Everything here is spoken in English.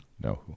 No